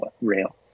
rail